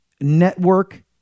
network